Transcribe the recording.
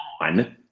on